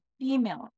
female